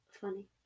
funny